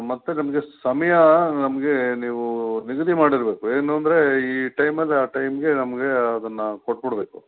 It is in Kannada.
ಮತ್ತೆ ನಿಮಗೆ ಸಮಯ ನಮಗೆ ನೀವು ನಿಗದಿ ಮಾಡಿರಬೇಕು ಏನು ಅಂದರೆ ಈ ಟೈಮಲ್ಲಿ ಆ ಟೈಮಿಗೆ ನಮಗೆ ಅದುನ್ನ ಕೊಟ್ಟುಬಿಡ್ಬೇಕು